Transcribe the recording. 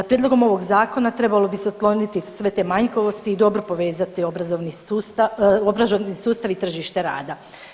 Prijedlogom ovog zakona trebalo bi se otkloniti sve te manjkavosti i dobro povezati obrazovni sustav i tržište rada.